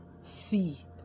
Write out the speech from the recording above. see